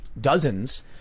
dozens